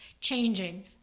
changing